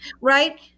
right